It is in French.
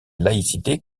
laïcité